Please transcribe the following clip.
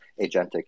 agentic